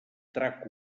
trac